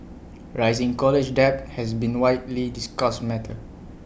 rising college debt has been A widely discussed matter